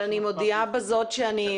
מודיעה בזאת שאני